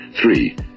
Three